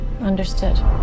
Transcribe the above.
Understood